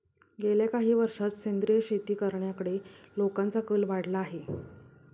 गेल्या काही वर्षांत सेंद्रिय शेती करण्याकडे लोकांचा कल वाढला आहे